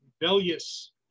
rebellious